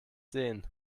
sehen